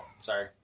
sorry